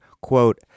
Quote